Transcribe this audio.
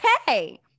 okay